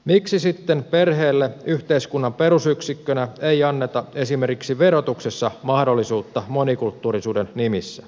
miksi sitten perheelle yhteiskunnan perusyksikkönä ei anneta esimerkiksi verotuksessa mahdollisuutta monikulttuurisuuden nimissä